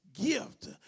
gift